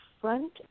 front